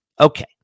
Okay